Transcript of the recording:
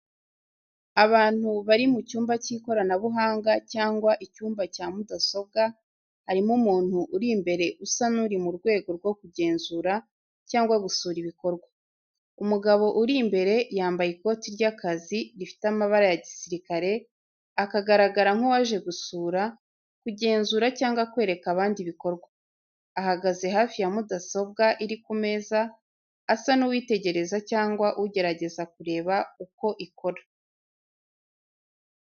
Abantu bari mu cyumba cy’ikoranabuhanga cyangwa icyumba cya mudasobwa, harimo umuntu uri imbere usa n’uri mu rwego rwo kugenzura cyangwa gusura ibikorwa. Umugabo uri imbere yambaye ikote ry’akazi rifite amabara ya gisirikare, akagaragara nk’uwaje gusura, kugenzura cyangwa kwereka abandi ibikorwa. Ahagaze hafi ya mudasobwa iri ku meza, asa n’uwitegereza cyangwa ugerageza kureba uko ikora.